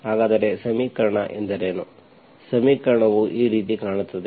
ಹಾಗಾದರೆ ಸಮೀಕರಣ ಎಂದರೇನು ಸಮೀಕರಣವು ಈ ರೀತಿ ಕಾಣುತ್ತದೆ